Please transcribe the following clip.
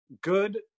good